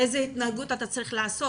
איזה התנהגות אתה צריך לעשות?